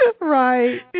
Right